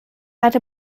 hatte